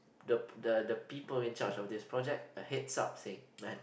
the the people in charge of this project a heads up say man